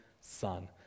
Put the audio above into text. son